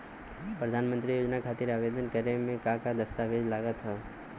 प्रधानमंत्री योजना खातिर आवेदन करे मे का का दस्तावेजऽ लगा ता?